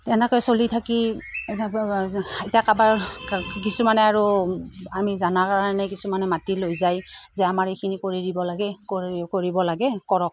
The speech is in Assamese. তেনেকৈয়ে চলি থাকি এতিয়া কাৰোবাৰ কিছুমানে আৰু আমি জানাৰ কাৰণে কিছুমানে মাতি লৈ যায় যে আমাৰ এইখিনি কৰি দিব লাগে কৰি কৰিব লাগে কৰক